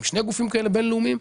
עם שני גופים כאלה בין לאומיים.